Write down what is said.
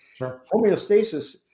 homeostasis